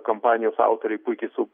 kampanijos autoriai puikiai su